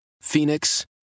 Phoenix